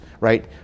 right